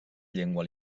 llengua